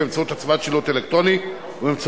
באמצעות הצבת שילוט אלקטרוני ובאמצעות